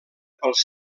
pels